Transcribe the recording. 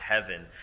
heaven